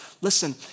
listen